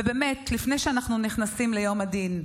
ובאמת, לפני שאנחנו נכנסים ליום הדין,